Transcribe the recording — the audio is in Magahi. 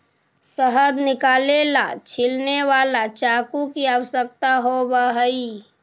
शहद निकाले ला छिलने वाला चाकू की आवश्यकता होवअ हई